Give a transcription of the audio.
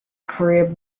crib